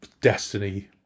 destiny